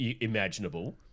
Imaginable